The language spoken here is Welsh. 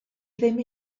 ddim